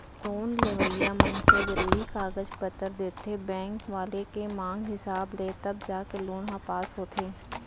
loan लेवइया मनसे जरुरी कागज पतर देथे बेंक वाले के मांग हिसाब ले तब जाके लोन ह पास होथे